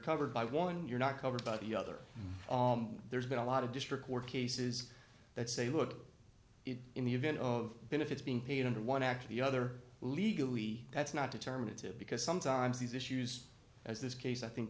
covered by one you're not covered by the other there's been a lot of district court cases that say look in the event of benefits being paid under one actually other legally that's not determinative because sometimes these issues as this case i think